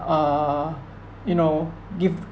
err you know give